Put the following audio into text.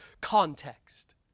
context